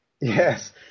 Yes